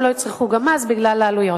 הם לא יצרכו גם אז בגלל העלויות.